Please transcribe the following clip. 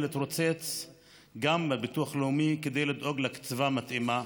גם להתרוצץ בביטוח הלאומי כדי לדאוג לקצבה המתאימה,